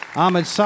Ahmed